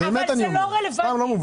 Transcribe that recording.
זה לא רלוונטי.